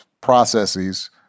processes